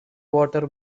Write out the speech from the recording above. water